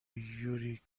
یوری